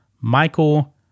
Michael